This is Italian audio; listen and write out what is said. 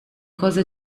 cose